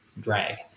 drag